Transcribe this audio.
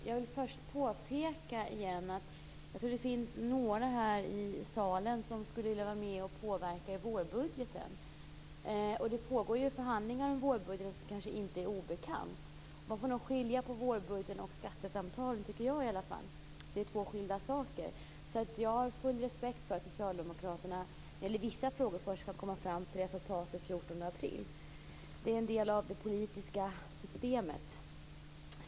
Fru talman! Först vill jag igen påpeka att jag tror att det finns några här i salen som skulle vilja vara med och påverka vårbudgeten. Det pågår ju förhandlingar om vårbudgeten, som kanske inte är obekant. Man får nog skilja på vårbudgeten och skattesamtalen, tycker jag i alla fall. Det är ju två skilda saker. Jag har full respekt för att man i vissa frågor skall komma fram till resultat först den 14 april. Det är en del av det politiska systemet.